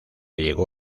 llegó